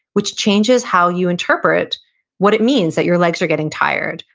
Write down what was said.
which changes how you interpret what it means that your legs are getting tired,